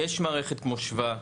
יש מערכת כמו שבא?